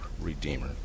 Redeemer